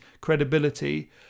credibility